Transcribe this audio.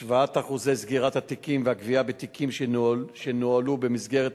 השוואת אחוזי סגירת התיקים והגבייה בתיקים שנוהלו במסגרת